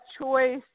choice